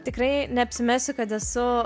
tikrai neapsimesiu kad esu